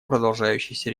продолжающейся